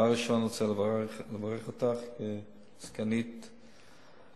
דבר ראשון אני רוצה לברך אותך, סגנית היושב-ראש.